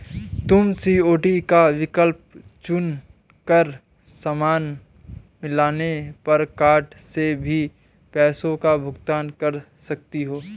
तुम सी.ओ.डी का विकल्प चुन कर सामान मिलने पर कार्ड से भी पैसों का भुगतान कर सकती हो